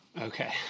Okay